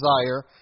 desire